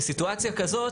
בסיטואציה כזאת,